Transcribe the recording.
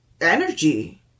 energy